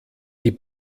die